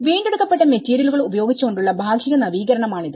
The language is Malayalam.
വീണ്ടെടുക്കപ്പെട്ട മെറ്റീരിയലുകൾ ഉപയോഗിച്ചുകൊണ്ടുള്ള ഭാഗിക നവീകരണമാണിത്